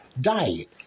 diet